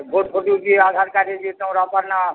Aadhaar card ହେଇଯିବେ ତମର୍ ବାପା'ର୍ ନାଁ